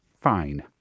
Fine